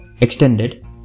extended